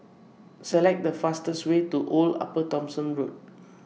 Select The fastest Way to Old Upper Thomson Road